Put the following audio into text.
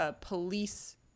police